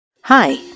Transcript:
Hi